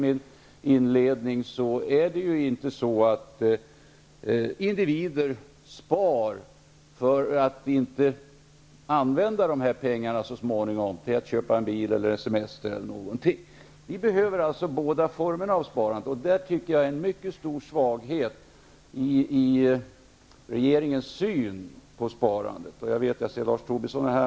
Individer sparar för att använda pengarna så småningom till att köpa bil, semester e.d. Vi behöver alltså båda formerna av sparande. Jag tycker att det här är en stor svaghet i regeringens syn på sparandet. Jag ser att Lars Tobisson är här.